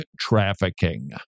trafficking